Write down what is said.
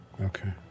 Okay